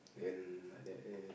then like that eh